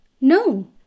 No